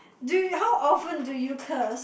do you how often do you curse